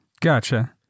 gotcha